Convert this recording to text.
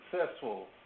successful